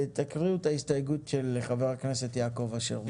תקריאו את ההסתייגות של חבר הכנסת יעקב אשר,